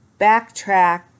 backtrack